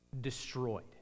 destroyed